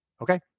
Okay